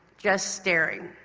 just staring.